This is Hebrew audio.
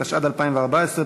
התשע"ד 2014,